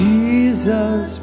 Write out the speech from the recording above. Jesus